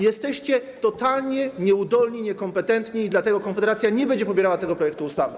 Jesteście totalnie nieudolni, niekompetentni i dlatego Konfederacja nie będzie popierała tego projektu ustawy.